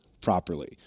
properly